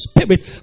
spirit